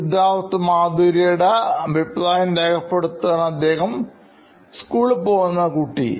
Siddharth Maturi CEO Knoin Electronics സ്കൂളിൽ പോകുന്ന കുട്ടി